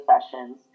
sessions